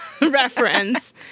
reference